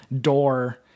door